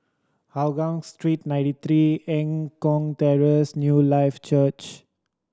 Hougang Street Ninety Three Eng Kong Terrace Newlife Church